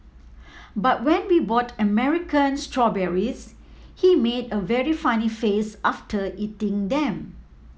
but when we bought American strawberries he made a very funny face after eating them